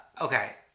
Okay